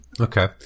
Okay